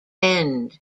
bend